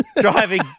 driving